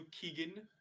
Keegan